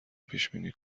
پیشبینی